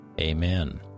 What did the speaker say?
Amen